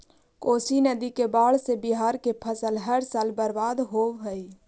कोशी नदी के बाढ़ से बिहार के फसल हर साल बर्बाद होवऽ हइ